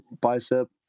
bicep